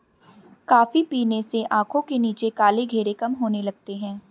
coffee पीने से आंखों के नीचे काले घेरे कम होने लगते हैं